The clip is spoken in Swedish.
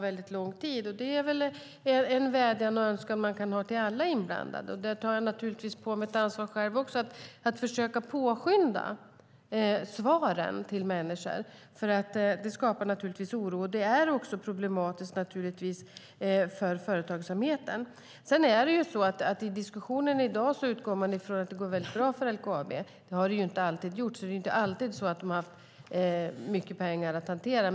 En önskan och en vädjan som man kan ha till alla inblandade - där tar jag själv också på mig ett ansvar - är att försöka påskynda svaren till människor, för väntan skapar naturligtvis oro. Det är naturligtvis också problematiskt för företagsamheten. I diskussionen i dag utgår man från att det går väldigt bra för LKAB. Det har det inte alltid gjort. De har inte alltid haft mycket pengar att hantera.